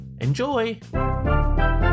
enjoy